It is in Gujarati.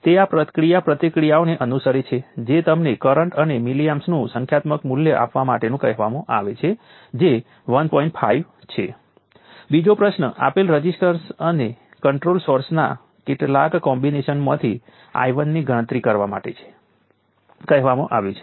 તેથી આ શક્ય છે કારણ કે વોલ્ટેજનું મૂલ્ય અને તેના બદલાવના દરના આધારે આપણી પાસે કેપેસિટર ક્યાં તો શોષી શકે છે અથવા પાવર ડીલીવર કરી શકે છે